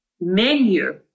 menu